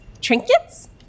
Trinkets